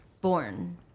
born